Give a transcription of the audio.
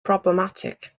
problematic